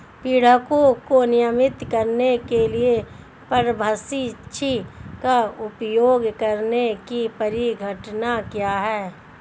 पीड़कों को नियंत्रित करने के लिए परभक्षी का उपयोग करने की परिघटना क्या है?